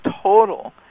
total